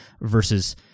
versus